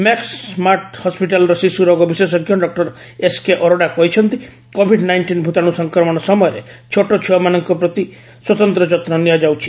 Max smart ହସ୍କିଟାଲ୍ର ଶିଶୁ ରୋଗ ବିଶେଷଜ୍ଞ ଡକ୍ଟର ଏସ୍କେ ଅରୋଡା କହିଛନ୍ତି କୋଭିଡ୍ ନାଇଷ୍ଟିନ୍ ଭୂତାଣୁ ସଂକ୍ରମଣ ସମୟରେ ଛୋଟ ଛୁଆମାନଙ୍କ ପ୍ରତି ସ୍ୱତନ୍ତ୍ର ଯତ୍ନ ନିଆଯାଉଛି